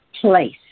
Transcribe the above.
place